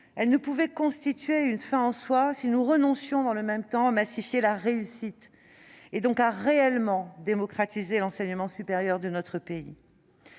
ne pouvait constituer une fin en soi si elle impliquait de renoncer dans le même temps à massifier la réussite, et donc à réellement démocratiser l'enseignement supérieur de notre pays.